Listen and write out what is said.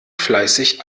fleißig